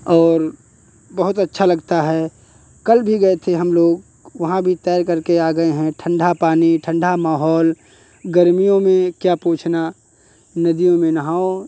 और बहुत अच्छा लगता है कल भी गए थे हम लोग वहाँ भी तैर करके आ गए हैं ठंढा पानी ठंढा माहौल गर्मियों में क्या पूछना नदियों में नहाओ